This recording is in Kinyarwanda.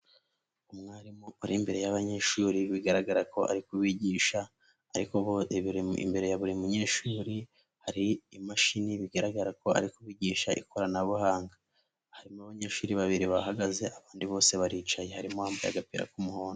Umwarimu ari imbere y'abanyeshuri bigaragara ko ari kubigisha, ariko bo imbere ya buri munyeshuri hari imashini bigaragara ko arigisha ikoranabuhanga, harimo abanyeshuri babiri bahagaze abandi bose baricaye harimo uwambaye agapira k'umuhondo.